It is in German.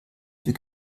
für